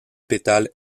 pétales